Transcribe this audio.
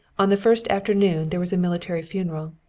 on the first afternoon there was a military funeral.